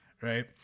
right